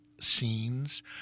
scenes